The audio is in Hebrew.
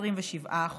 27%,